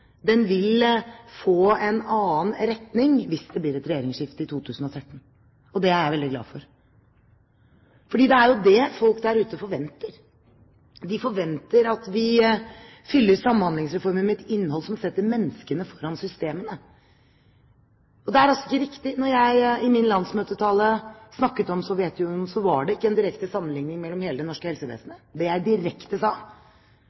den vil få en annen retning hvis det blir et regjeringsskifte i 2013 – og det er jeg veldig glad for, for det er jo det folk der ute forventer. De forventer at vi fyller Samhandlingsreformen med et innhold som setter menneskene foran systemene. Da jeg i min landsmøtetale snakket om Sovjetunionen, er det ikke riktig at det var en direkte sammenligning med hele det norske helsevesenet. Det jeg direkte sa,